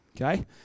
okay